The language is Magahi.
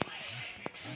इसमें भी लोन मिला है की